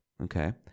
Okay